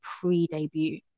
pre-debut